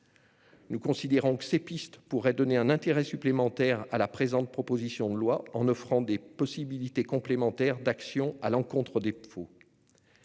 Nous considérons que ces pistes pourraient donner un intérêt supplémentaire à la présente proposition de loi, en offrant des possibilités complémentaires d'action à l'encontre des faux.